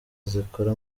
zikora